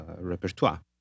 repertoire